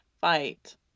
fight